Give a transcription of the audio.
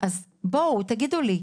בואו תגידו לי,